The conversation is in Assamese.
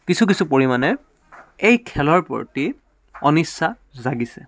কিছু কিছু পৰিমাণে এই খেলৰ প্ৰতি অনিচ্ছা জাগিছে